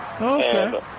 Okay